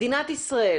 מדינת ישראל,